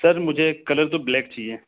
سر مجھے کلر تو بلیک چاہیے